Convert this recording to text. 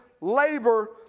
labor